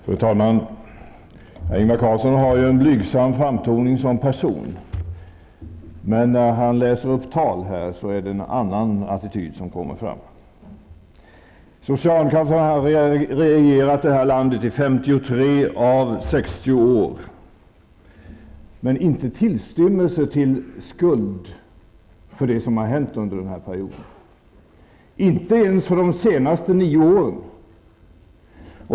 Fru talman! Ingvar Carlsson har en blygsam framtoning som person. Men när han läser upp tal är det en annan attityd som kommer fram. Socialdemokraterna har regerat det här landet i 53 av 60 år, men hyser inte tillstymmelsen till skuld för det som har hänt under den här perioden, inte ens för de senaste nio åren.